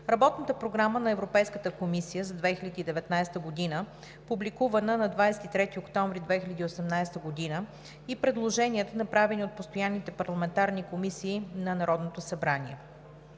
Работната програма на Европейската комисия за 2019 г., публикувана на 23 октомври 2018 г. и предложенията, направени от постоянните парламентарни комисии на Народното събрание.